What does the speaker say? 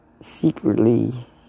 secretly